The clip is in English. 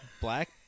Black